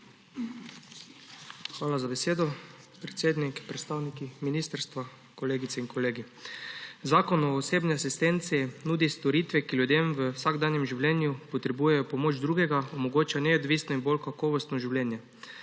Hvala za besedo, predsednik. Predstavniki ministrstva, kolegice in kolegi! Zakon o osebni asistenci nudi storitve, ki ljudem, ki v vsakdanjem življenju potrebujejo pomoč drugega, omogočajo neodvisno in bolj kakovostno življenje.